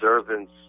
observance